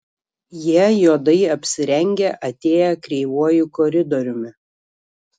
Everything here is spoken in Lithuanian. jie juodai apsirengę atėję kreivuoju koridoriumi